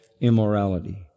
immorality